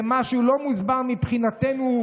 זה משהו לא מוסבר מבחינתנו.